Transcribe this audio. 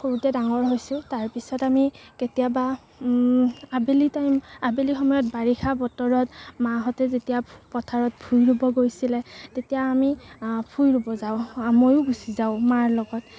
সৰুতে ডাঙৰ হৈছোঁ তাৰপাছত আমি কেতিয়াবা আবেলি টাইম আবেলি সময়ত বাৰিষা বতৰত মাহঁতে যেতিয়া পথাৰত ভূই ৰুব গৈছিলে তেতিয়া আমি ভূই ৰুব যাওঁ ময়ো গুচি যাওঁ মাৰ লগত